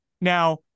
Now